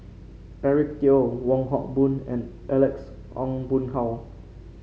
Eric Teo Wong Hock Boon and Alex Ong Boon Hau